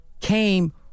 came